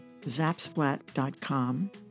zapsplat.com